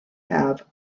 have